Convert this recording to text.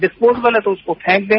disposable है तो उसको फेंक दें